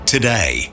Today